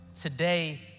Today